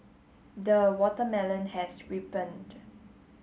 the watermelon has ripened